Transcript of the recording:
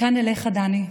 מכאן אליך, דני,